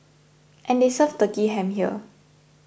and they serve Turkey Ham here